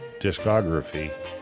discography